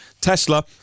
Tesla